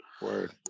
Word